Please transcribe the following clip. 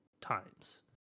times